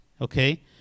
okay